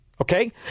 Okay